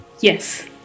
yes